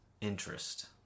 interest